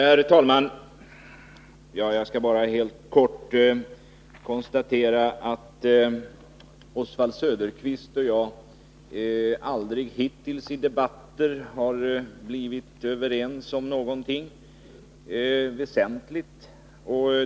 Herr talman! Jag skall bara helt kort konstatera att Oswald Söderqvist och jag aldrig hittills i debatter har blivit överens om någonting väsentligt.